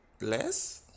less